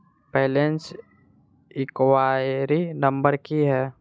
Balance enquiry number की है?